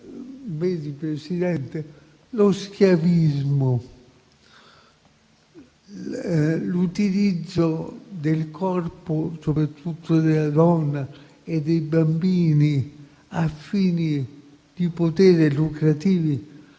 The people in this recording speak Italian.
Presidente, lo schiavismo, l'utilizzo del corpo, soprattutto della donna e dei bambini, a fini di potere e lucrativi